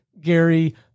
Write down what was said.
Gary